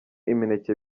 imineke